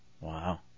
Wow